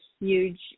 huge